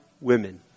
women